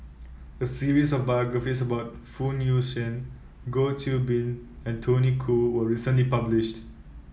a series of biographies about Phoon Yew Tien Goh Qiu Bin and Tony Khoo was recently published